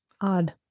Odd